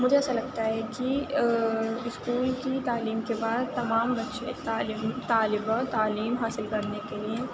مجھے ایسا لگتا ہے کہ اسکول کی تعلیم کے بعد تمام بچے طالب طالبہ تعلیم حاصل کرنے کے لیے